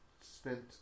spent